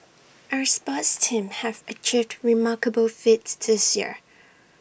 our sports teams have achieved remarkable feats this year